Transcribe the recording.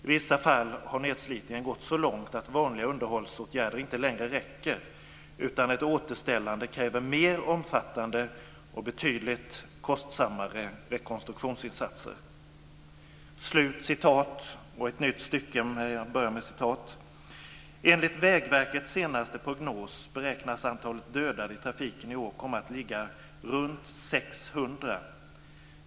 I vissa fall har nedslitningen gått så långt att vanliga underhållsåtgärder inte längre räcker utan ett återställande kräver mer omfattande och betydligt kostsammare rekonstruktionsinsatser." "Enligt Vägverkets senaste prognos beräknas antalet dödade i trafiken i år komma att ligga runt 600 .